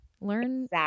Learn